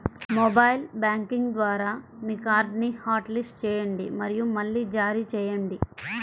mobile banking ద్వారా మీ కార్డ్ని హాట్లిస్ట్ చేయండి మరియు మళ్లీ జారీ చేయండి